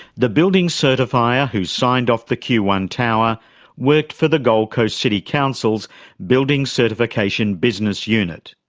the building certifier who signed off the q one tower worked for the gold coast city council's building certification business unit.